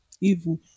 evil